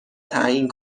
تعیین